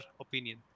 opinion